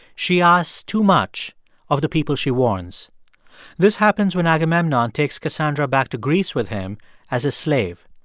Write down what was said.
she asks too much of the people she warns this happens when agamemnon takes cassandra back to greece with him as a slave.